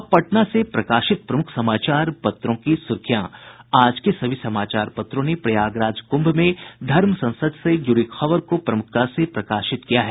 अब पटना से प्रकाशित प्रमुख समाचार पत्रों की सुर्खियां आज के सभी समाचार पत्रों ने प्रयागराज कुंभ में धर्म संसद से जुड़ी खबर को प्रमुखता से प्रकाशित किया है